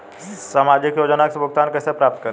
सामाजिक योजनाओं से भुगतान कैसे प्राप्त करें?